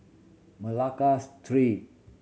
Malacca Street